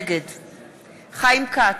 נגד חיים כץ,